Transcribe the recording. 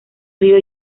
río